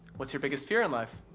what's your biggest fear in life?